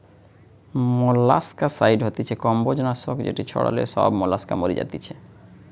molluscicide হতিছে কম্বোজ নাশক যেটি ছড়ালে সব মোলাস্কা মরি যাতিছে